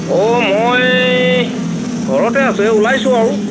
অ' মই ঘৰতে আছোঁ এই ওলাইছোঁ আৰু